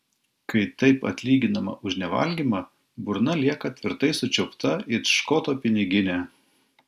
kai taip atlyginama už nevalgymą burna lieka tvirtai sučiaupta it škoto piniginė